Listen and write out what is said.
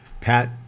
Pat